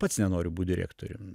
pats nenoriu būt direktorium